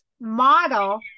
model